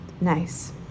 Nice